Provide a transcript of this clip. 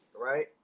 right